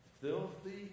filthy